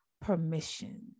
permission